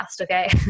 Okay